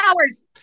hours